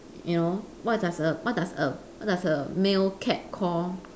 you know what does a what does a what does a male cat call